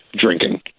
drinking